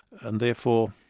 and therefore,